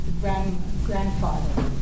grandfather